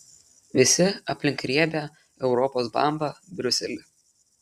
visi aplink riebią europos bambą briuselį